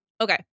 Okay